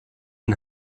den